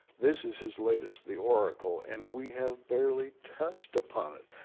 this is his latest, the oracle, and we have barely touched upon it.